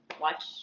watch